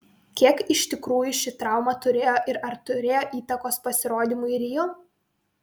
kiek iš tikrųjų šį trauma turėjo ir ar turėjo įtakos pasirodymui rio